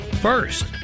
first